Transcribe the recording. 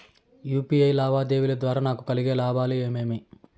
UPI లావాదేవీల ద్వారా నాకు కలిగే లాభాలు ఏమేమీ?